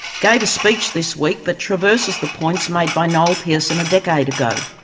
gave a speech this week that traverses the points made by noel pearson a decade ago.